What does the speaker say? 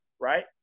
right